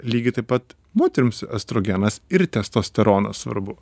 lygiai taip pat moterims estrogenas ir testosteronas svarbu